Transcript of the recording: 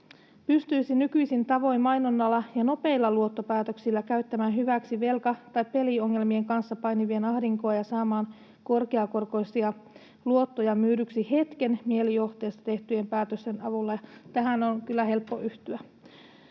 pystyisi nykyisin tavoin mainonnalla ja nopeilla luottopäätöksillä käyttämään hyväksi velka- tai peliongelmien kanssa painivien ahdinkoa ja saamaan korkeakorkoisia luottoja myydyksi hetken mielijohteesta tehtyjen päätösten avulla.” Tähän on kyllä helppo yhtyä.